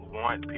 want